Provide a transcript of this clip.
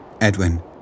Edwin